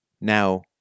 Now